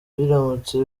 biramutse